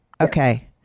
Okay